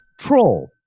troll